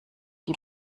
die